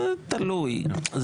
תלוי.